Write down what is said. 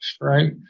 right